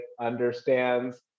understands